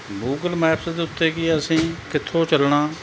Google maps ਦੇ ਉੱਤੇ ਕੀ ਹੈ ਅਸੀਂ ਕਿੱਥੋਂ ਚੱਲਣਾ